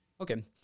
Okay